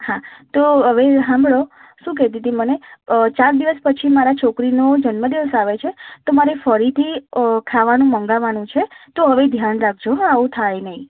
હા તો હવે સાંભળો શું કહેતી હતી મને ચાર દિવસ પછી મારાં છોકરીનો જન્મદિવસ આવે છે તો મારે ફરીથી ખાવાનું મગાવવાનું છે તો હવે ધ્યાન રાખજો હં આવું થાય નહીં